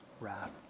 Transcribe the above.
wrath